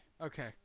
Okay